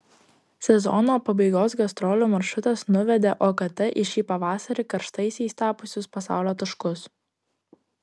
sezono pabaigos gastrolių maršrutas nuvedė okt į šį pavasarį karštaisiais tapusius pasaulio taškus